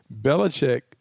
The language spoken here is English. Belichick